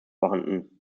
vorhanden